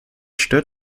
stört